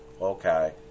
okay